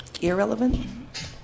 irrelevant